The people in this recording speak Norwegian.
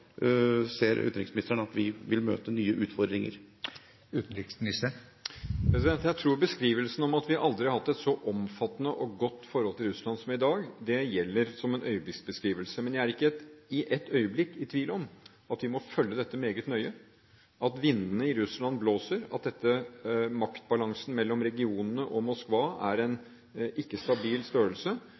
ser utenriksministeren at vi vil møte nye utfordringer? Jeg tror beskrivelsen av at vi aldri har hatt et så omfattende og godt forhold til Russland som i dag, gjelder som en øyeblikksbeskrivelse. Men jeg er ikke et øyeblikk i tvil om at vi må følge dette meget nøye, at vindene i Russland blåser, at maktbalansen mellom regionene og Moskva er en ikke-stabil størrelse,